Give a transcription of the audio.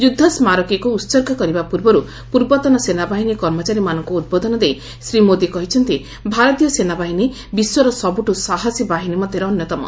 ଯୁଦ୍ଧ ସ୍କାରକୀକୁ ଉତ୍ସର୍ଗ କରିବା ପୂର୍ବରୁ ପୂର୍ବତନ ସେନାବାହିନୀ କର୍ମଚାରୀମାନଙ୍କୁ ଉଦ୍ବୋଧନ ଦେଇ ଶ୍ରୀ ମୋଦି କହିଛନ୍ତି ଭାରତୀୟ ସେନାବାହିନୀ ବିଶ୍ୱର ସବୁଠୁ ସାହାସି ବାହିନୀ ମଧ୍ୟରେ ଅନ୍ୟତମ